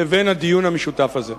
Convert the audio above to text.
לבין הדיון המשותף הזה.